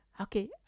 Okay